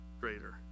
greater